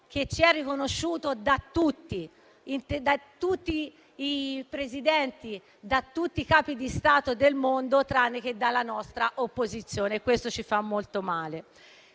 che ci viene riconosciuto da tutti i Presidenti, da tutti i Capi di Stato del mondo, tranne che dalla nostra opposizione e questo ci fa molto male.